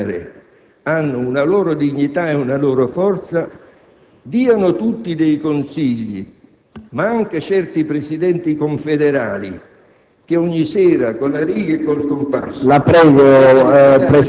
cioè che i poteri elettivi, le Camere hanno una loro dignità e una loro forza. Diano tutti dei consigli, ma anche certi presidenti confederali,